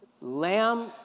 lamb